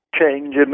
change